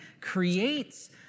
creates